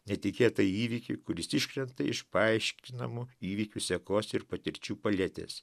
netikėtą įvykį kuris iškrenta iš paaiškinamų įvykių sekos ir patirčių paletės